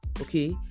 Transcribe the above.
Okay